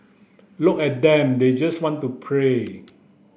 look at them they just want to play